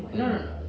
mm